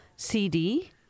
CD